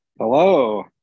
Hello